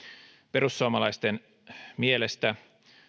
perussuomalaisten mielestä